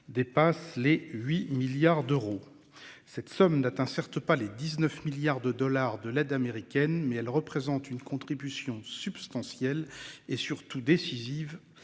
dépasse les 8 milliards d'euros. Cette somme n'atteint certes pas les 19 milliards de dollars de l'aide américaine mais elle représente une contribution substantielle et surtout décisive